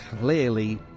clearly